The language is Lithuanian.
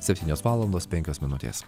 septynios valandos penkios minutės